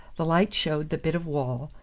the light showed the bit of wall,